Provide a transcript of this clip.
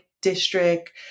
district